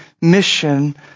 mission